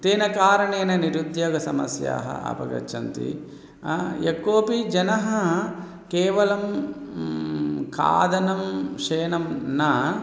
तेन कारणेन निरुद्योगसमस्याः अपगच्छन्ति यः कोऽपि जनः केवलं खादनं शयनं न